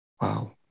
Wow